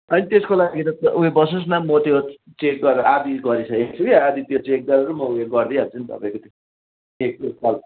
होइन त्यसको लागि त उयो बसोस् न म त्यो चेक गरेर आधी गरिसकेको छु कि आधी त्यो चेक गरेर उयो गरिदिई हाल्छु नि तपाईँको त्यो